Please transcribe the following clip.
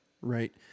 right